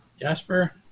Jasper